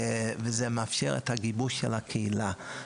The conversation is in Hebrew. וזה מאפשר את הגיבוש של הקהילה.